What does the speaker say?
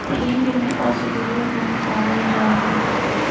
हींग में औषधीय गुण पावल जाहई